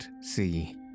see